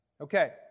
Okay